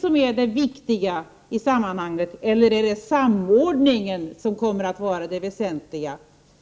som är det viktiga i sammanhanget eller är det samordningen som kommer att vara det väsentliga?